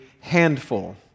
handful